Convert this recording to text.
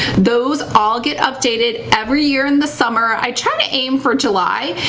those all get updated every year in the summer. i try to aim for july,